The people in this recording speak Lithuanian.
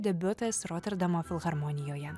debiutas roterdamo filharmonijoje